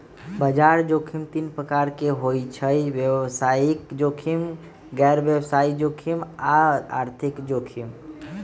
बजार जोखिम तीन प्रकार के होइ छइ व्यवसायिक जोखिम, गैर व्यवसाय जोखिम आऽ आर्थिक जोखिम